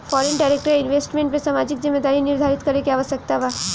foreign direct investment में सामाजिक जिम्मेदारी निरधारित करे के आवस्यकता बा